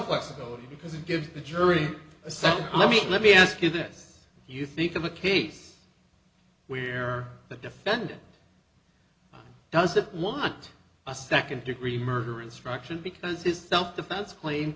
flexibility because it gives the jury a sense let me let me ask you this you think of a case where the defendant does it want a second degree murder instruction because his self defense claim